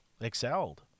excelled